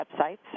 websites